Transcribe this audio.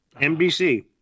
NBC